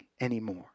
anymore